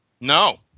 No